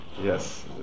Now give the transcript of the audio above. Yes